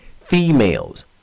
females